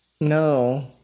No